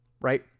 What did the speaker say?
right